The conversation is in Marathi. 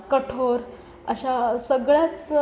कठोर अशा सगळ्याच